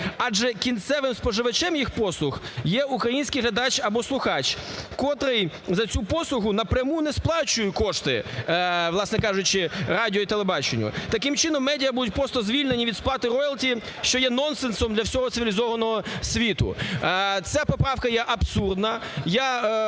адже кінцевим споживачем їх послуг є український глядач або слухач, котрий за цю послугу напряму не сплачує кошти, власне кажучи, радіо і телебаченню. Таким чином, медіа будуть просто звільнені від сплати роялті, що є нонсенсом для всього цивілізованого світу. Ця поправка є абсурдна.